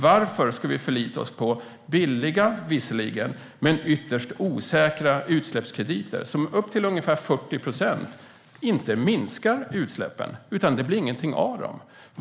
Varför ska vi förlita oss på visserligen billiga men ytterst osäkra utsläppskrediter som upp till ungefär 40 procent inte minskar utsläppen? Det blir ingenting av dem.